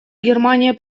германия